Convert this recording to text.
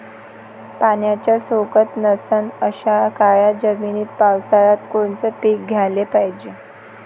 पाण्याचा सोकत नसन अशा काळ्या जमिनीत पावसाळ्यात कोनचं पीक घ्याले पायजे?